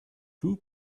two